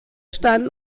stand